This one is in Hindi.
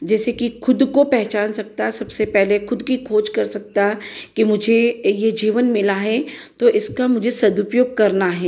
जैसे कि ख़ुद को पहचान सकता सबसे पहले ख़ुद की खोज कर सकता कि मुझे ये जीवन मिला है तो इसका मुझे सदुपयोग करना है